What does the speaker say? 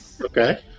okay